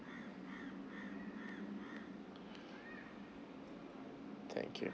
thank you